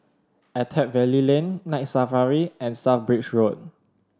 Attap Valley Lane Night Safari and South Bridge Road